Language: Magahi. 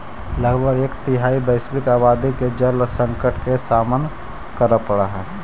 लगभग एक तिहाई वैश्विक आबादी के जल संकट के सामना करे पड़ऽ हई